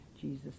Jesus